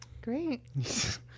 Great